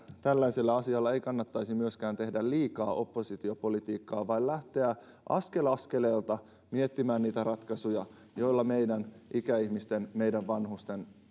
tällaisella asialla ei kannattaisi myöskään tehdä liikaa oppositiopolitiikkaa vaan lähteä askel askeleelta miettimään niitä ratkaisuja joilla meidän ikäihmisten meidän vanhusten